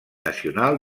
nacional